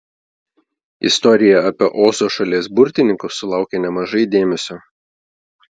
istorija apie ozo šalies burtininką sulaukia nemažai dėmesio